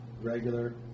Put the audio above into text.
regular